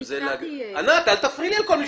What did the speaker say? אנחנו צריכים להגדיר, כמו שאמר תומר,